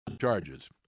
charges